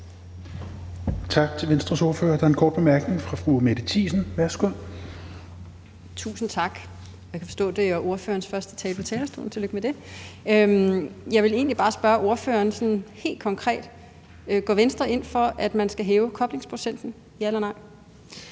til Venstres ordfører. Der er en kort bemærkning fra fru Mette Thiesen. Værsgo. Kl. 16:05 Mette Thiesen (NB): Tusind tak. Jeg kan forstå, at det er ordførerens første tale på talerstolen, så tillykke med det. Jeg vil egentlig bare spørge ordføreren sådan helt konkret: Går Venstre ind for, at man skal hæve koblingsprocenten – ja eller nej?